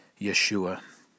Yeshua